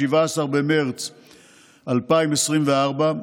17 במרץ 2024,